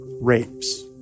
rapes